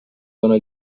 dóna